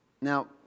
Now